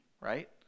right